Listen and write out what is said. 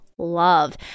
love